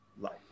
life